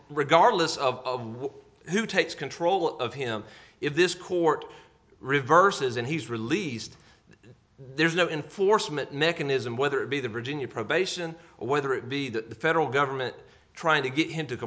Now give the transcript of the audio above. regardless of who takes control of him if this court reverses and he's released there's no in foresman mechanism whether it be the virginia probation or whether it be the federal government trying to get him to